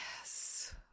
Yes